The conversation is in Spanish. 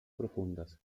profundas